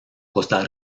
costa